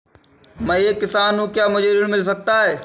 मैं एक किसान हूँ क्या मुझे ऋण मिल सकता है?